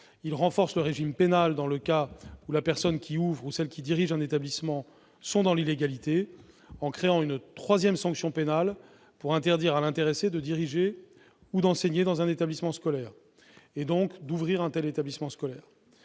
à renforcer le régime pénal dans le cas où la personne qui ouvre ou dirige un établissement est dans l'illégalité en créant une troisième sanction pénale pour interdire à l'intéressé de diriger ou d'enseigner dans un établissement scolaire, et donc d'ouvrir un tel établissement.